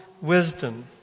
wisdom